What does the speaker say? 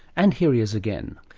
and here he is again.